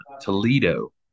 Toledo